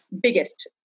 biggest